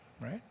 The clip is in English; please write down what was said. right